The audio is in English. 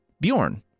Bjorn